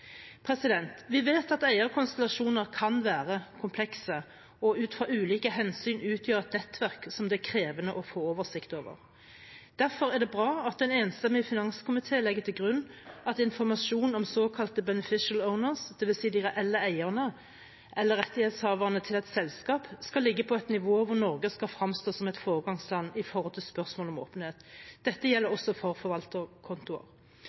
Vi vet at eierkonstellasjoner kan være komplekse og ut fra ulike hensyn utgjøre et nettverk som det er krevende å få oversikt over. Derfor er det bra at en enstemmig finanskomité legger til grunn at informasjon om såkalte «beneficial owners», det vil si de reelle eierne eller rettighetshaverne til et selskap, skal ligge på et nivå der Norge skal fremstå som et foregangsland når det gjelder spørsmål om åpenhet. Dette gjelder også for forvalterkontoer.